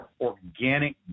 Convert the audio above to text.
organic